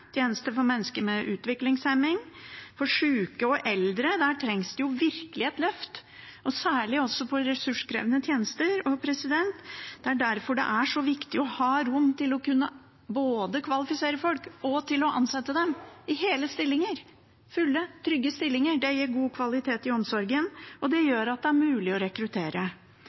tjenester for mennesker med utviklingshemming og for sjuke og eldre. Der trengs det virkelig et løft, særlig for ressurskrevende tjenester. Det er derfor det er så viktig å ha rom både til å kunne kvalifisere folk og til å ansette dem i fulle, trygge stillinger. Det gir god kvalitet i omsorgen, og det gjør det mulig å rekruttere.